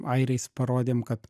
airiais parodėm kad